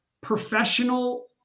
professional